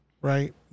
right